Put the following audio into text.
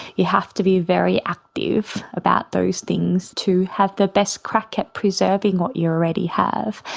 you have to be very active about those things to have the best crack at preserving what you already have.